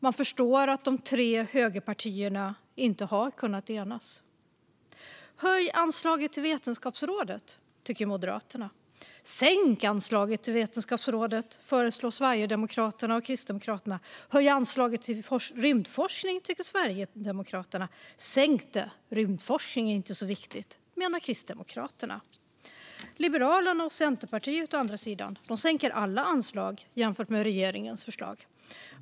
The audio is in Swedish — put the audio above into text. Man förstår att de tre högerpartierna inte har kunnat enas. Höj anslaget till Vetenskapsrådet, tycker Moderaterna. Sänk anslaget till Vetenskapsrådet, föreslår Sverigedemokraterna och Kristdemokraterna. Höj anslaget till rymdforskning, tycker Sverigedemokraterna. Sänk det - rymdforskning är inte så viktigt, menar Kristdemokraterna. Liberalerna och Centerpartiet, å andra sidan, sänker alla anslag jämfört med regeringens förslag.